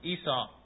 Esau